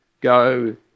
go